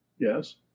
Yes